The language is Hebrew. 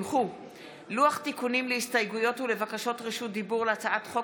לוח תיקונים להסתייגויות ולבקשות רשות דיבור להצעת חוק